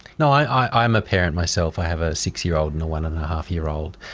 no, i am a parent myself, i have a six-year-old and a one-and-a-half-year-old.